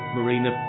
Marina